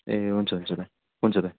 ए हुन्छ हुन्छ भाइ हुन्छ त